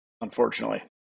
Unfortunately